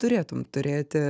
turėtum turėti